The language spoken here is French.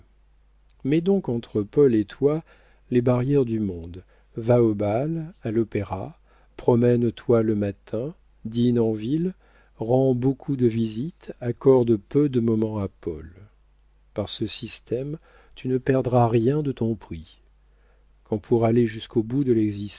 mets donc entre paul et toi les barrières du monde va au bal à l'opéra promène toi le matin dîne en ville le soir rends beaucoup de visites accorde peu de moments à paul par ce système tu ne perdras rien de ton prix quand pour aller jusqu'au bout de